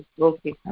okay